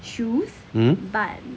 mmhmm